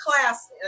class